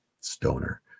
Stoner